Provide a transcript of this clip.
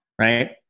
right